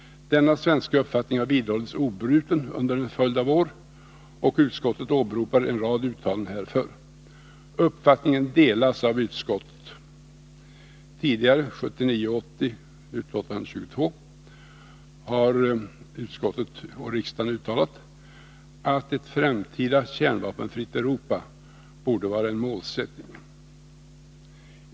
Denna svenska uppfattning har vidhållits obruten under en följd av år, och utskottet åberopar en rad uttalanden härför. Uppfattningen delas av utskottet. Tidigare — i betänkandet 1979/80:22 — har utskottet och riksdagen uttalat att ett framtida kärnvapenfritt Europa borde vara en målsättning.